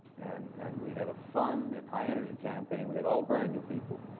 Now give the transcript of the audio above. and and we had a fun and high-energy campaign. we had all brand new people.